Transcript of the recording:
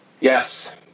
Yes